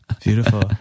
Beautiful